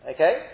Okay